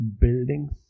buildings